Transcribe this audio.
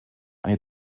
eine